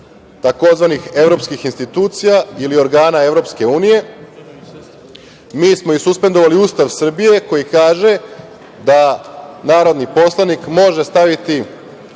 tzv. evropskih institucija ili organa EU, mi smo i suspendovali Ustav Srbije koji kaže da narodni poslanik može staviti